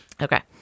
Okay